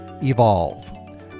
evolve